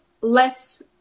less